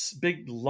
big